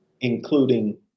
including